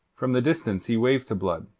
from the distance he waved to blood,